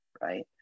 right